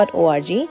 .org